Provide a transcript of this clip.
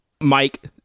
Mike